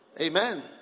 Amen